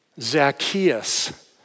Zacchaeus